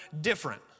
different